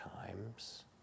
times